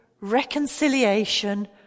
reconciliation